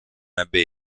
ebbe